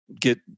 get